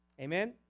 Amen